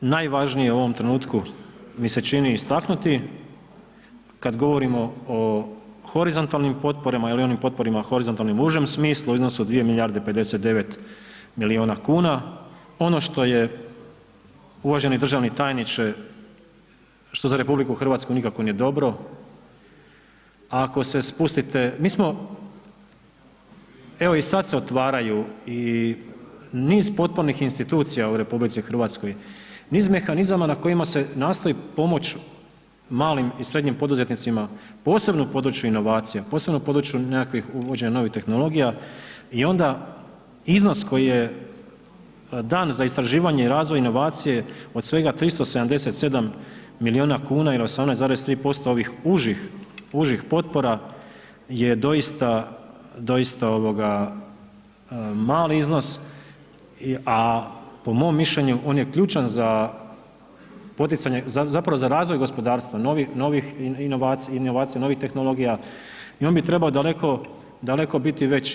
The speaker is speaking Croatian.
Najvažnije je u ovom trenutku mi se čini istaknuti, kad govorimo o horizontalnim ili onim potporama horizontalnim u užem smislu u iznosu od 2,59 miliona kuna, ono što je uvaženi državni tajniče što za RH nikako nije dobro, ako se spustite, mi smo, evo i sad se otvaraju i niz potpornih u RH, niz mehanizama na kojima se nastoji pomoć malim i srednjim poduzetnicima posebno u području inovacija, posebno u području nekakvih uvođenja novih tehnologija i onda iznos koji je dan za istraživanje i razvoj inovacije od svega 377 miliona kuna ili 18,3% ovih užih, užih potpora je doista, doista ovoga mali iznos, a po mom mišljenju on je ključan za poticanje, zapravo za razvoj gospodarstva, novih inovacija, novih tehnologija i on bi trebao daleko, daleko biti veći.